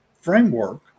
framework